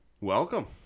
Welcome